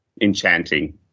enchanting